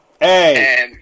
Hey